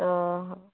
ᱚᱻ ᱦᱚ